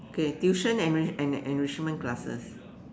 okay tuition enri~ and enrichment classes